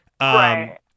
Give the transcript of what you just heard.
Right